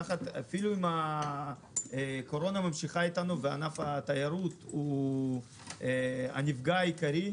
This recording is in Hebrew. אפילו אם הקורונה ממשיכה איתנו וענף התיירות הוא הנפגע העיקרי,